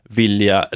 vilja